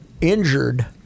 injured